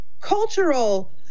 cultural